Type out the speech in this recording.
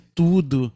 tudo